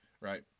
Right